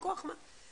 מכוח מה?